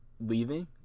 leaving